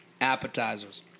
appetizers